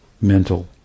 mental